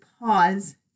pause